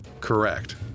Correct